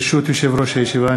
ברשות יושב-ראש הישיבה,